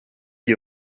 gli